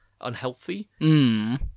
unhealthy